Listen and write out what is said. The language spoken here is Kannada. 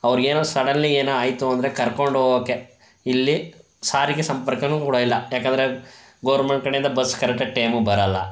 ಅವರಿಗೇನೋ ಸಡನ್ಲಿ ಏನೋ ಆಯಿತು ಅಂದರೆ ಕರ್ಕೊಂಡು ಹೋಗಕ್ಕೆ ಇಲ್ಲಿ ಸಾರಿಗೆ ಸಂಪರ್ಕವೂ ಕೂಡ ಇಲ್ಲ ಯಾಕಂದರೆ ಗೋರ್ಮೆಂಟ್ ಕಡೆಯಿಂದ ಬಸ್ ಕರೆಕ್ಟಾದ ಟೈಮಿಗೆ ಬರಲ್ಲ